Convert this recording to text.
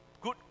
good